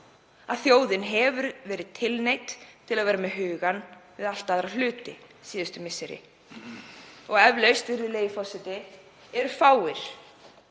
að þjóðin hefur verið tilneydd til að vera með hugann við allt aðra hluti síðustu misseri, og eflaust, virðulegi forseti, eru fáir